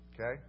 Okay